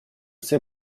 sais